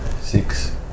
Six